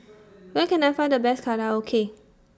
Where Can I Find The Best Korokke